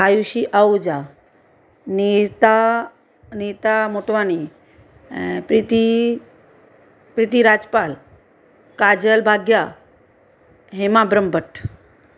Ayushi Ahuja Nita Nita Motwani ऐं प्रिती प्रिती राजपाल काजल भाॻिया हेमा ब्रमबट